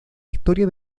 historia